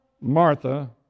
Martha